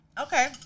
Okay